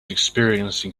experiencing